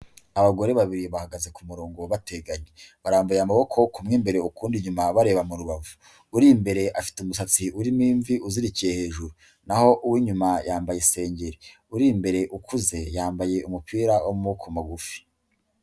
Abagore babiri bahagaze ku murongo bateganye, barambuye amaboko, kumwe imbere, ukundi inyuma bareba mu rubavu, uri imbere afite umusatsi urimo imvi uzirikiye hejuru, naho uw'inyuma yambaye isengeri, uri imbere ukuze yambaye umupira w'amuboko magufi.